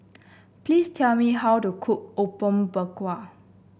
please tell me how to cook Apom Berkuah